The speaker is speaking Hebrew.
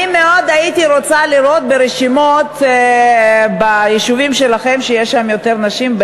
אני הייתי רוצה מאוד לראות ברשימות ביישובים שלכם שיש יותר נשים,